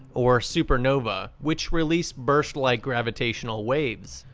or supernovae, which release burst-like gravitational waves.